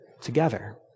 together